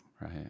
right